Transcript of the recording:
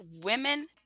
women